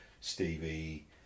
Stevie